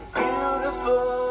beautiful